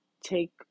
take